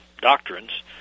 doctrines